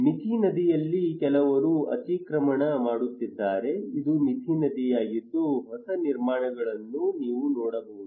ಮಿಥಿ ನದಿಯಲ್ಲಿ ಕೆಲವರು ಅತಿಕ್ರಮಣ ಮಾಡುತ್ತಿದ್ದಾರೆ ಇದು ಮಿಥಿ ನದಿಯಾಗಿದ್ದು ಹೊಸ ನಿರ್ಮಾಣಗಳನ್ನು ನೀವು ನೋಡಬಹುದು